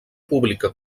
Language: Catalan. pública